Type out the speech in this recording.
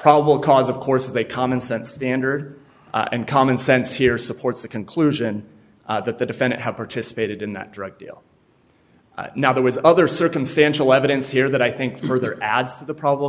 probable cause of course they commonsense standard and common sense here supports the conclusion that the defendant had participated in that drug deal now there was other circumstantial evidence here that i think further adds to the problem